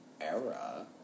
era